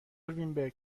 وینبرگ